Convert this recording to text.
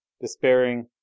despairing